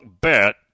bet